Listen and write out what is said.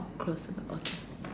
close the door okay